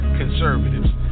conservatives